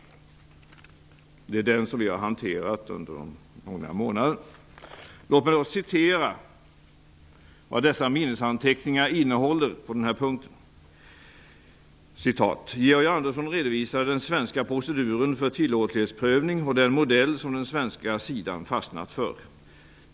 Det är den som vi har hanterat under de gångna månaderna. Låt mig citera vad dessa minnesanteckningar innehåller på denna punkt: ''Georg Andersson redovisade den svenska proceduren för tillåtlighetsprövning och den modell som den svenska sidan fastnat för.